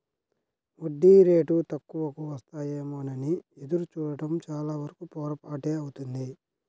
వడ్డీ రేటు తక్కువకు వస్తాయేమోనని ఎదురు చూడడం చాలావరకు పొరపాటే అవుతుంది